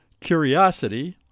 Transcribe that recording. curiosity